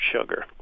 sugar